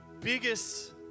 biggest